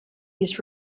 his